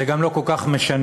וזה גם לא כל כך משנה,